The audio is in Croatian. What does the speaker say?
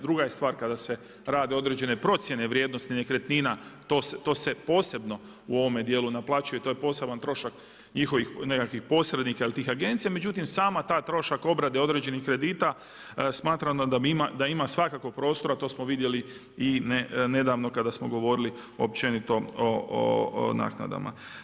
Druga je stvar kada se rade određene procjene vrijednosti nekretnina, to se posebno u ovome dijelu naplaćuje, to je poseban trošak njihovih nekakvih posrednika ili tih agencija, međutim sami taj trošak obrade određenih kredita smatramo da ima svakako prostora, to smo vidjeli i nedavno kada smo govorili općenito o naknadama.